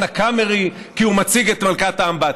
הקאמרי כי הוא מציג את "מלכת אמבטיה".